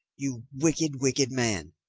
you wicked, wicked man.